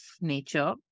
nature